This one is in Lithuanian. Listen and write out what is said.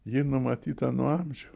ji numatyta nuo amžių